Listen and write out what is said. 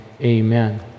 amen